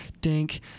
dink